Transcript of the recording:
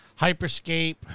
Hyperscape